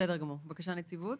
הנציבות,